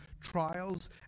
trials